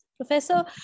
Professor